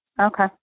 Okay